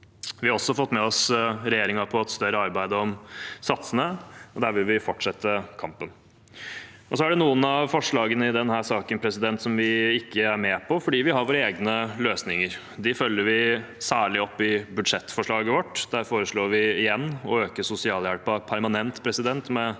Vi har også fått med oss regjeringen på et større arbeid om satsene, og der vil vi fortsette kampen. Det er noen av forslagene i denne saken som vi ikke er med på, fordi vi har våre egne løsninger. De følger vi særlig opp i budsjettforslaget vårt. Der foreslår vi igjen å øke sosialhjelpen permanent med